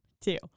Two